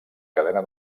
cadena